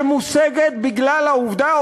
שמושגת בגלל העובדה,